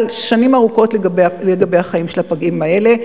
על שנים ארוכות בחיים של הפגים האלה,